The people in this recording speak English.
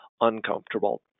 uncomfortable